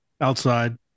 outside